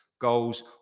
goals